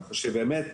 כך שבאמת,